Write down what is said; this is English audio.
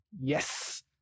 Yes